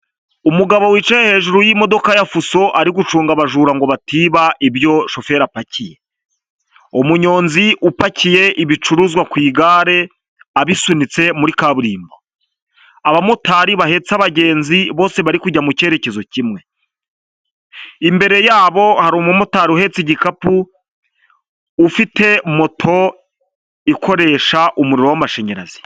Umugabo wicaye hejuru y'imodoka ya fuso ari gucunga abajura ngo batiba ibyo shoferi apakiye, umunyonzi upakiye ibicuruzwa ku igare abisunitse muri kaburimbo, abamotari bahetse abagenzi bose bari kujya mu cyerekezo kimwe, imbere yabo umumotari uhetse igikapu ufite moto ikoresha umuriro w'amashanyarazi.